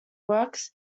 works